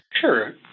Sure